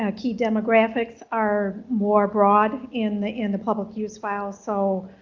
ah key demographics are more broad in the in the public use files. so